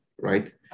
right